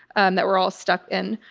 um, that we're all stuck in.